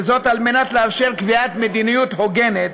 וזאת על מנת לאפשר קביעת מדיניות הוגנת,